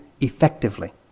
effectively